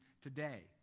today